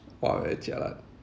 !wah! very jialat